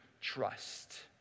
Trust